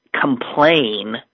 complain